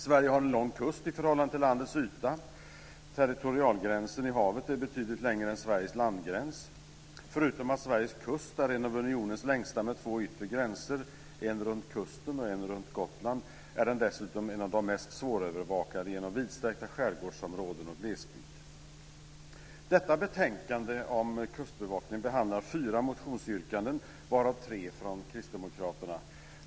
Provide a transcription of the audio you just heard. Sverige har en lång kust i förhållande till landets yta. Territorialgränsen i havet är betydligt längre än Sveriges landgräns. Förutom att Sveriges kust är en av unionens längsta med två yttre gränser, en runt kusten och en runt Gotland, är den dessutom en av de mest svårövervakade genom vidsträckta skärgårdsområden och glesbygd. Detta betänkande om Kustbevakningen behandlar fyra motionsyrkanden vara tre från Kristdemokraterna.